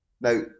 Now